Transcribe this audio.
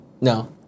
No